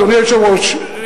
אדוני היושב-ראש,